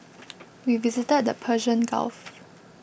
we visited the Persian Gulf